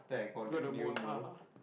you got a mole (uh huh)